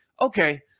okay